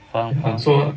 faham faham faham